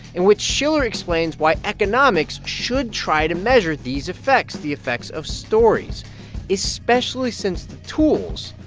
in which shiller explains why economics should try to measure these effects the effects of stories especially since the tools,